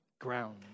ground